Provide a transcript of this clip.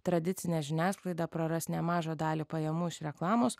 tradicinė žiniasklaida praras nemažą dalį pajamų iš reklamos